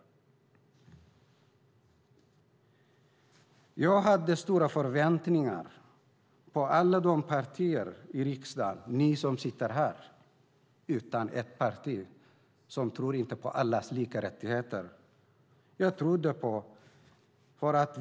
Jag hade stora förväntningar på alla partier i riksdagen. Alla utom ett tror på allas lika rättigheter.